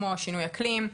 כמו שינוי אקלים,